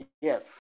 Yes